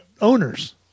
owners